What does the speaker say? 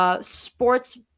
sports